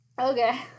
Okay